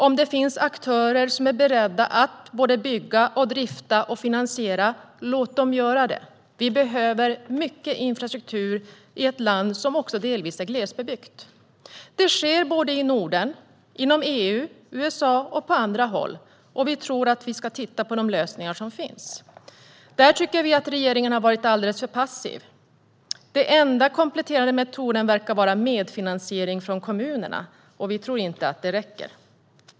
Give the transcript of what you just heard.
Om det finns aktörer som är beredda att bygga, drifta och finansiera - låt dem göra det! Vi behöver mycket infrastruktur i ett land som delvis är glesbebyggt. Detta sker i Norden, EU, USA och på andra håll. Vi tror att vi ska titta på de lösningar som finns. Där tycker vi att regeringen har varit alldeles för passiv. Den enda kompletterande metoden verkar vara medfinansiering från kommuner, och det tror inte vi räcker.